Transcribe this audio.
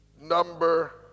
number